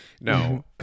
no